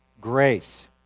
grace